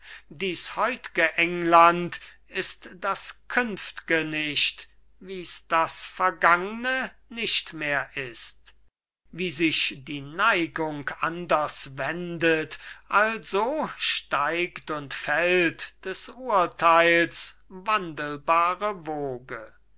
dies heut'ge england ist das künft'ge nicht wie's das vergangne nicht mehr ist wie sich die neigung anders wendet also steigt und fällt des urteils wandelbare woge